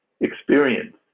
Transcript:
experience